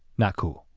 not cool.